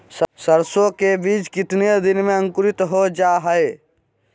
सरसो के बीज कितने दिन में अंकुरीत हो जा हाय?